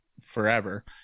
forever